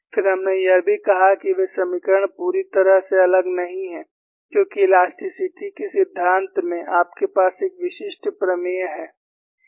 फिर हमने यह भी कहा कि वे समीकरण पूरी तरह से अलग नहीं हैं क्योंकि इलास्टिसिटी के सिद्धांत में आपके पास एक विशिष्ट प्रमेय है